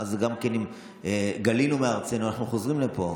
אז גם אם גלינו מארצנו, אנחנו חוזרים לפה.